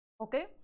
okay